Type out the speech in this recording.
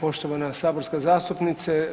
Poštovana saborska zastupnice.